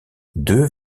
deux